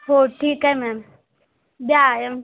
हो ठीक आहे मॅम द्या आय एम